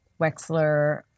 wexler